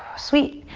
sweet,